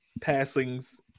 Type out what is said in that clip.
passings